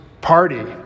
party